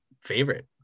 favorite